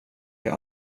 jag